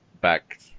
back